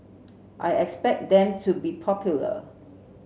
I expect them to be popular